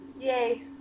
Yay